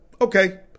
Okay